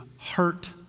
hurt